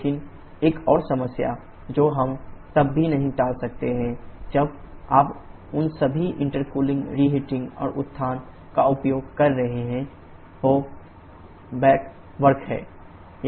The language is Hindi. लेकिन एक और समस्या जो हम तब भी नहीं टाल सकते हैं जब आप उन सभी इंटेरकूलिंग रीहिटिंग और उत्थान का उपयोग कर रहे हों बॅक वर्क है